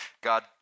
God